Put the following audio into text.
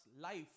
life